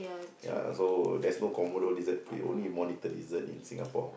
ya so there's no Komodo lizard only monitor lizard in Singapore